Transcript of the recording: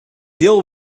deal